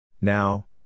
Now